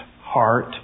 heart